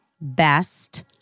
best